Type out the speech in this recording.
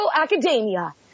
Academia